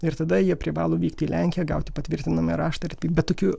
ir tada jie privalo vykti į lenkiją gauti patvirtinamąjį raštą ir bet tokių